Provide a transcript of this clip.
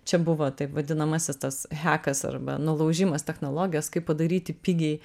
čia buvo taip vadinamasis tas hekas arba nulaužimas technologijos kaip padaryti pigiai